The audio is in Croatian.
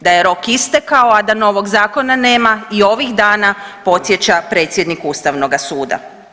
Da je rok istekao, a da novog zakona i ovih dana podsjeća predsjednik Ustavnoga suda.